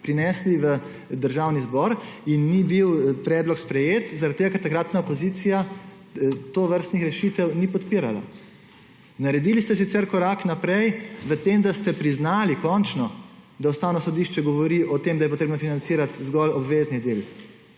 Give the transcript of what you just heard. prinesli v Državni zbor in ni bil predlog sprejet zaradi tega, ker takratna opozicija tovrstnih rešitev ni podpirala. Naredili ste sicer korak naprej v tem, da ste končno priznali, da Ustavno sodišče govori o tem, da je potrebno financirati zgolj obvezni del.